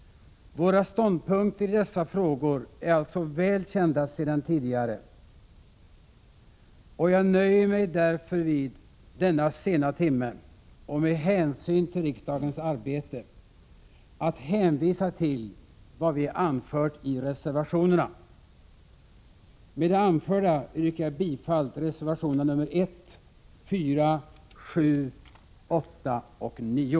Våra ståndpunkter i dessa frågor är alltså väl kända sedan tidigare. Jag nöjer mig därför vid denna sena timme och med hänsyn till riksdagens arbete att hänvisa till vad vi har anfört i reservationerna. Med det anförda yrkar jag bifall till reservationerna 1, 4, 7, 8 och 9.